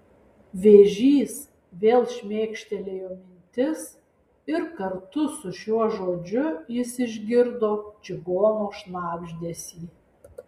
vėžys vėl šmėkštelėjo mintis ir kartu su šiuo žodžiu jis išgirdo čigono šnabždesį